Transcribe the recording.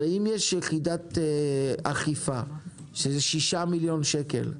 הרי אם יש יחידת אכיפה של שישה מיליון שקל,